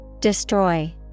Destroy